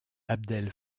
abdel